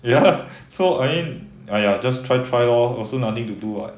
ya so I mean !aiya! just try try lor also nothing to do [what]